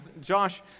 Josh